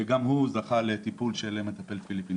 שגם הוא זכה לטיפול של מטפל פיליפיני.